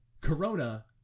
corona